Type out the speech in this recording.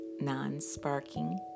non-sparking